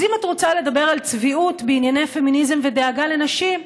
אז אם את רוצה לדבר על צביעות בענייני פמיניזם ודאגה לנשים,